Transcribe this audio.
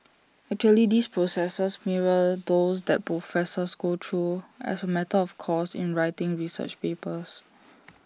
actually these processes mirror those that professors go through as A matter of course in writing research papers